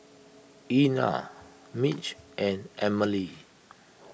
Ena Mitch and Amelie